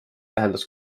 tähendas